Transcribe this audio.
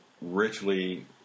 richly